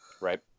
Right